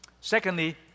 Secondly